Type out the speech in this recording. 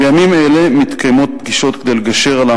בימים אלה מתקיימות פגישות כדי לגשר על הפער